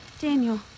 Daniel